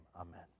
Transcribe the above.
Amen